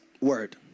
word